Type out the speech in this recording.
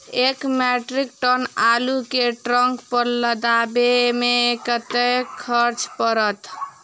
एक metric ton आलु केँ ट्रक पर लदाबै मे कतेक खर्च पड़त?